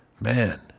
Man